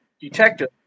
detective